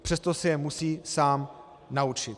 Přesto se je musí sám naučit.